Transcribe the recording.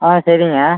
ஆ சரிங்க